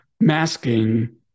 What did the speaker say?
masking